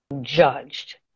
judged